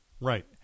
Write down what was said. Right